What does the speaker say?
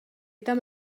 tam